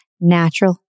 natural